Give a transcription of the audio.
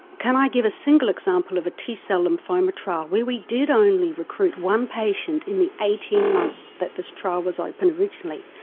can i give a single example of a t-cell lymphoma trial where we did only recruit one patient in the eighteen months that this trial was opened originally,